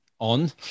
On